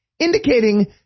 Indicating